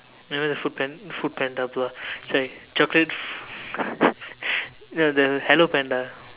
remember the food pan~ foodpanda blah sorry chocolate no the hello panda